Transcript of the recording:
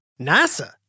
NASA